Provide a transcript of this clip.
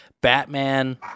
Batman